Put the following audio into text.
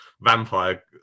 vampire